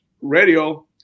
radio